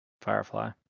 Firefly